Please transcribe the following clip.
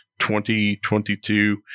2022